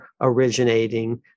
originating